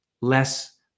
less